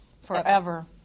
forever